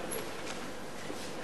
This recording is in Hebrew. אני